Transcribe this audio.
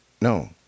No